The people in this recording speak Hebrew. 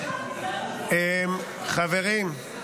חברים.